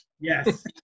Yes